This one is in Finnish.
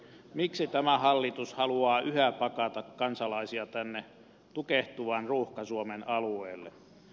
miksi tämä hallitus haluaa yhä pakata kansalaisia tänne tukehtuvan ruuhka suomen alueelle